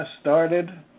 started